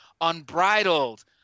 unbridled